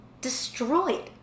destroyed